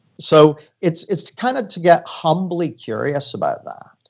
so it's it's kind of to get humbly curious about that